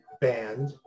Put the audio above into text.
band